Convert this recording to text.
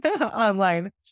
online